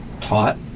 taught